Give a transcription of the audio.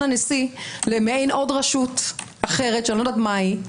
הנשיא למעין עוד רשות אחרת שאיני יודעת מהי,